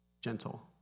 gentle